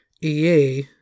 EA